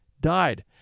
died